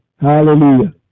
Hallelujah